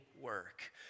work